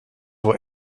voor